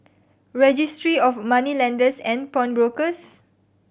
Registry of Moneylenders and Pawnbrokers